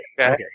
Okay